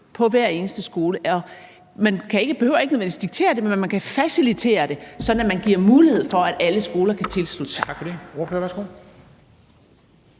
på hver eneste skole. Man behøver ikke nødvendigvis diktere det, men man kan facilitere det, sådan at man giver mulighed for, at alle skoler kan tilslutte sig.